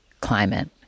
climate